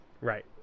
Right